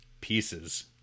Pieces